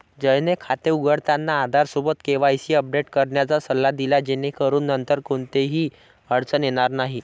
जयने खाते उघडताना आधारसोबत केवायसी अपडेट करण्याचा सल्ला दिला जेणेकरून नंतर कोणतीही अडचण येणार नाही